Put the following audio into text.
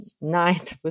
night